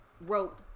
wrote